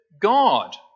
God